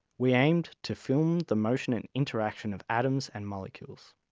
we aimed to film the motion and interaction of atoms and molecules.